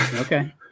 Okay